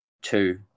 two